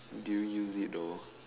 do you use it though